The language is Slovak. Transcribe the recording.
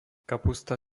kapusta